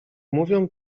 mówią